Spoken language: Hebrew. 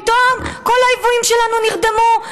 פתאום כל האויבים שלנו נרדמו,